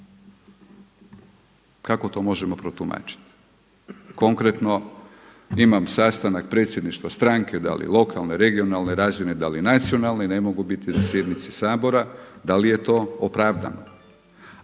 kako to možemo protumačiti? Konkretno imam sastanak predsjedništva stranke, da li lokalne, regionalne razine, da li nacionalne i ne mogu biti na sjednici Sabora, da li je to opravdano?